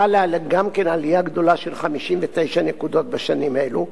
חלה גם כן עלייה גדולה, של 59 נקודות, בשנים האלה.